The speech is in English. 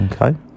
Okay